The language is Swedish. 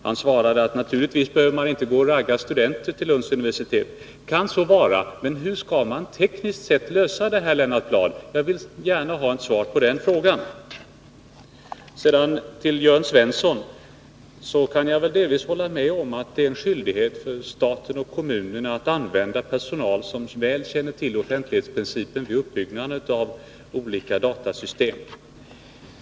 Han säger att naturligtvis behöver man inte gå och ragga studenter till Lunds universitet. Det kan så vara, men hur skall man tekniskt sett lösa detta problem, Lennart Bladh? Jag vill gärna ha ett svar på den frågan. Till Jörn Svensson vill jag säga att jag kan hålla med om att det är en skyldighet för staten och kommunerna att använda personal som väl känner till offentlighetsprincipen vid uppbyggnaden av olika datasystem.